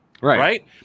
Right